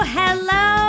hello